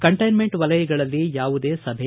containment ವಲಯಗಳಲ್ಲಿ ಯಾವುದೇ ಸಭೆ